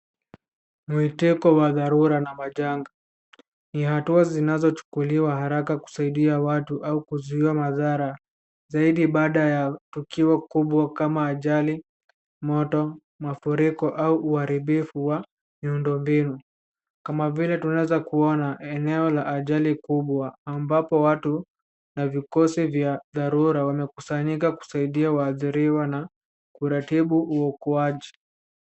Mwiteko ya dharura na majanga. Ni hatua zinazochukuliwa haraka kusaidia watu au kuzuia madhara zaidi baada ya tukio kubwa kama ajali, moto, mafuriko au uharibifu wa miundo mbinu. Kama vile tunaweza kuona eneo la ajali kubwa ambapo watu na vikosi vya dharura wamekusanyika kusaidia waadhiriwa na kuratibu uokoaji.